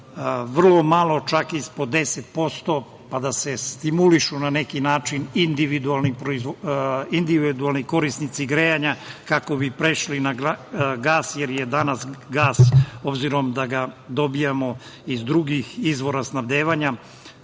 vrlo malo, ispod 10%, pa da se stimulišu na neki način individualni korisnici grejanja, kako bi prešli na gas, jer je danas gas, obzirom da ga dobijamo iz drugih izvora snabdevanja,